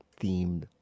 themed